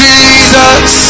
Jesus